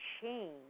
change